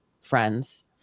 friends